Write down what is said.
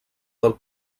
del